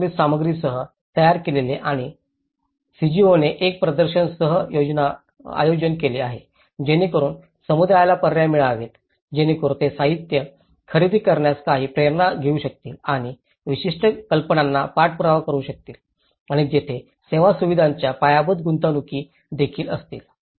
पूर्वनिर्मित सामग्रीसह तयार केलेले आणि सीजीओने एक प्रदर्शन सह आयोजन केले आहे जेणेकरून समुदायाला पर्याय मिळावेत जेणेकरून ते साहित्य खरेदी करण्यात काही प्रेरणा घेऊ शकतील आणि विशिष्ट कल्पनांचा पाठपुरावा करु शकतील आणि तेथे सेवा सुविधांच्या पायाभूत गुंतवणूकी देखील असतील